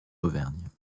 auvergne